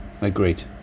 Agreed